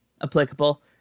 applicable